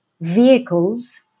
vehicles